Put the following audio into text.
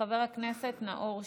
חבר הכנסת נאור שירי,